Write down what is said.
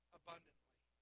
abundantly